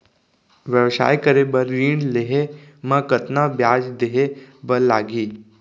व्यवसाय करे बर ऋण लेहे म कतना ब्याज देहे बर लागही?